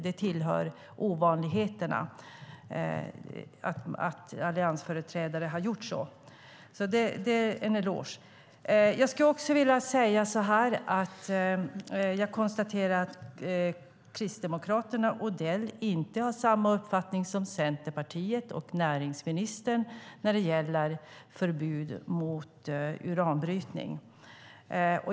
Det tillhör ovanligheterna att alliansföreträdare gör så. Jag konstaterar att Kristdemokraterna och Odell inte har samma uppfattning som Centerpartiet och näringsministern när det gäller förbud mot uranbrytning.